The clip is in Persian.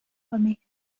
مهدی